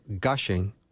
gushing